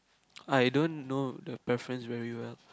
I don't know the preference very well